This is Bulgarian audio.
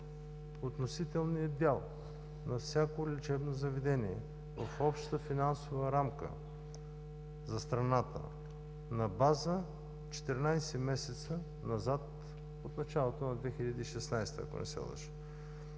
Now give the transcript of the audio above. относителният дял на всяко лечебно заведение в общата финансова рамка за страната на база 14 месеца назад от началото на 2016 г., ако не се лъжа,